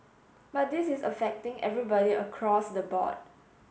but this is affecting everybody across the board